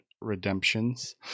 redemptions